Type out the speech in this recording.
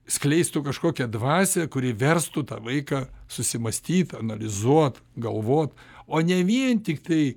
skleistų kažkokią dvasią kuri verstų tą vaiką susimąstyt analizuot galvot o ne vien tiktai